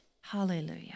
Hallelujah